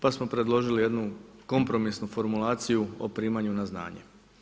Pa smo predložili jednu kompromisnu formulaciju o primanju na znanje.